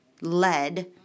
lead